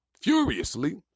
furiously